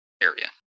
area